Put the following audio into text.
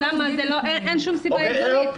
אין שום סיבה הגיונית.